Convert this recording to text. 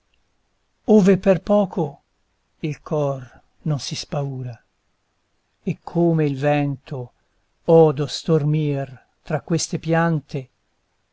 ove per poco il cor non si spaura e come il vento odo stormir tra queste piante